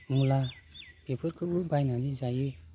मुला बेफोरखौबो बायनानै जायो